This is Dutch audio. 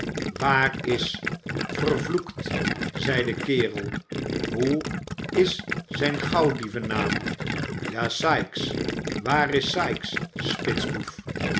waar is vervloekt zij de kerel hoe is zijn gauwdieven naam ja sikes waar is sikes